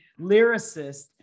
lyricist